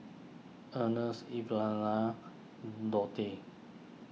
Earnest Evelina Donte